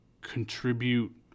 contribute